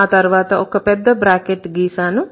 ఆ తర్వాత ఒక పెద్ద బ్రాకెట్ గీసాను